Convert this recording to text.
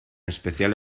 especial